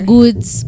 Goods